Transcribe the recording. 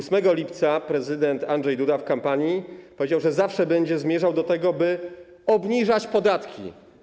8 lipca prezydent Andrzej Duda w czasie kampanii powiedział, że zawsze będzie zmierzał do tego, by obniżać podatki.